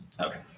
Okay